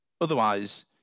Otherwise